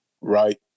right